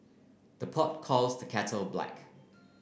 the pot calls the kettle black